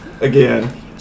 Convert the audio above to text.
Again